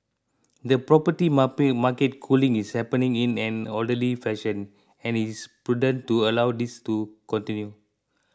the property market cooling is happening in an orderly fashion and it is prudent to allow this to continue